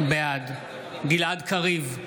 בעד גלעד קריב,